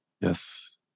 yes